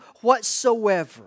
whatsoever